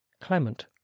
Clement